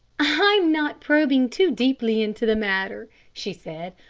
i'm not probing too deeply into the matter, she said.